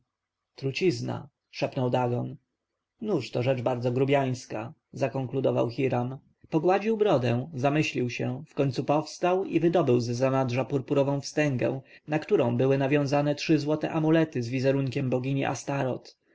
trucizna szepnął dagon nóż to rzecz bardzo grubjańska zakonkludował hiram pogładził brodę zamyślił się wkońcu powstał i wydobył z zanadrza purpurową wstęgę na której były nawiązane trzy złote amulety z wizerunkiem bogini astaroth